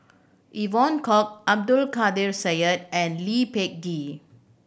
Evon Kow Abdul Kadir Syed and Lee Peh Gee